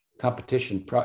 competition